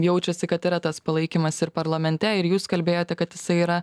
jaučiasi kad yra tas palaikymas ir parlamente ir jūs kalbėjote kad jisai yra